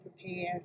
prepared